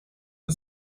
who